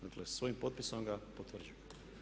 Dakle svojim potpisom ga potvrđuje.